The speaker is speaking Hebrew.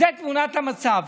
זאת תמונת המצב.